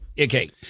okay